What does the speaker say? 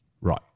Right